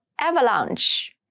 Avalanche